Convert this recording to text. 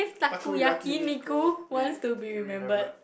taku yakiniku we we remembered